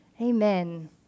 Amen